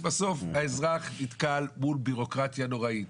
-- בסוף, האזרח נתקל מול בירוקרטיה נוראית.